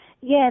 Yes